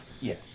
Yes